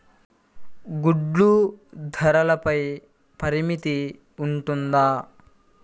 గుడ్లు ధరల పై పరిమితి ఉంటుందా?